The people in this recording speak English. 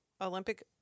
Olympic